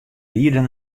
rieden